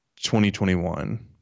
2021